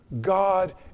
God